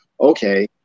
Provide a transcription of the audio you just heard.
okay